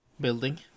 building